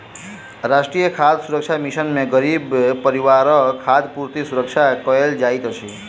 राष्ट्रीय खाद्य सुरक्षा मिशन में गरीब परिवारक खाद्य पूर्ति सुरक्षित कयल जाइत अछि